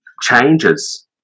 changes